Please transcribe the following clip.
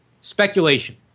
speculation